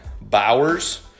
Bowers